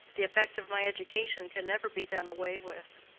the effect of my education can never be done away with.